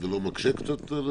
זה לא מקשה קצת?